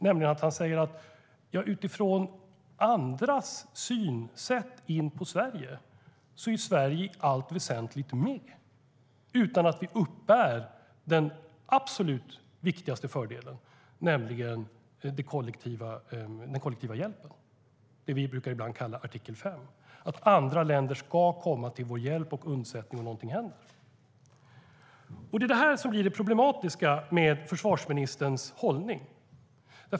Han säger nämligen att utifrån andras synsätt är Sverige i allt väsentligt med men utan att vi uppbär den absolut viktigaste fördelen, nämligen den kollektiva hjälpen, det vi ibland brukar kalla artikel 5, som innebär att andra länder ska komma till vår hjälp och undsättning om någonting händer. Detta är det problematiska med försvarsministerns hållning.